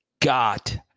got